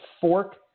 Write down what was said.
fork